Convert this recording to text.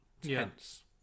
tense